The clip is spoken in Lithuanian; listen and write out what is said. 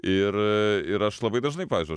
ir aš labai dažnai pavyzdžiui aš